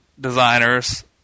designers